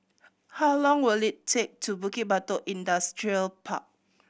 how long will it take to Bukit Batok Industrial Park